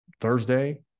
Thursday